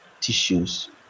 tissues